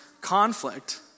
conflict